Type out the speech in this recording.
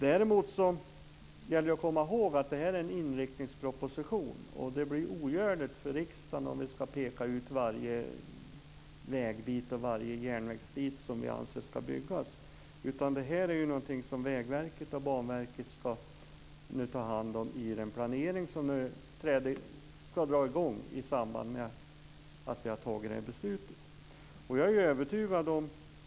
Det gäller att komma ihåg att detta är inriktningsproposition. Det blir ogörligt för riksdagen om vi ska peka ut varje vägbit och varje järnvägsbit som vi anser ska byggas. Det är någonting som Vägverket och Banverket ska ta hand om i den planering som ska dra i gång i samband med att vi har fattat det här beslutet.